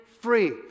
free